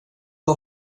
var